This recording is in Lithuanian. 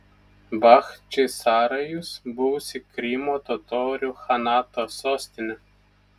bachčisarajus buvusi krymo totorių chanato sostinė